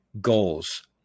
goals